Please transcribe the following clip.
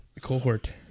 Cohort